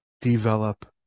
develop